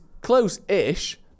close-ish